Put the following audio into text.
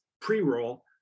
pre-roll